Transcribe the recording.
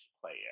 player